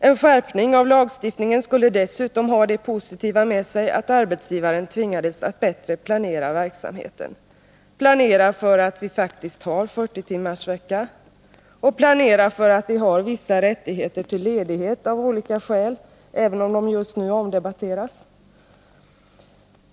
En skärpning av lagstiftningen skulle dessutom ha det positiva med sig att arbetsgivaren tvingades att bättre planera verksamheten, planera för 40-timmarsvecka, som vi faktiskt har, och planera för att vi har vissa rättigheter till ledighet av olika skäl, även om dessa just nu debatteras.